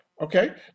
Okay